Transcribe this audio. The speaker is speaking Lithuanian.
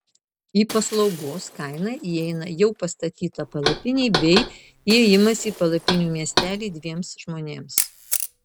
į paslaugos kainą įeina jau pastatyta palapinė bei įėjimas į palapinių miestelį dviems žmonėms